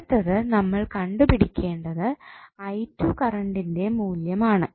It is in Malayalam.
അടുത്തത് നമ്മൾ കണ്ടുപിടിക്കേണ്ടത് കറണ്ടിന്റെ മൂല്യമാണ്